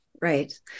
Right